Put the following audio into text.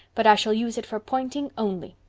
but i shall use it for pointing only.